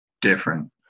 different